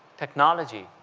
technology,